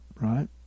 right